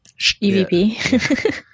EVP